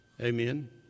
Amen